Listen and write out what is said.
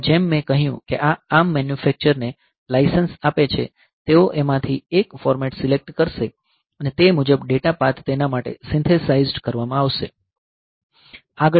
અને જેમ મેં કહ્યું કે આ ARM મેન્યુફેક્ચર ને લાઇસન્સ આપે છે તેઓ આમાંથી એક ફોર્મેટ સીલેક્ટ કરશે અને તે મુજબ ડેટા પાથ તેના માટે સિન્થેસાઇઝ્ડ કરવામાં આવશે